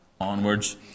onwards